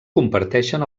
comparteixen